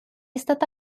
stata